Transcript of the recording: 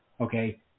Okay